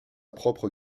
propre